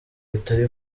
bitari